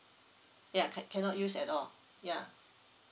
ya ca~ cannot use at all ya